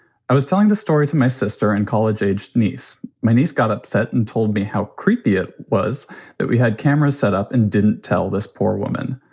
i was telling the story to my sister in college aged niece. my niece got upset and told me how creepy it was that we had cameras set up and didn't tell this poor woman.